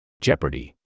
Jeopardy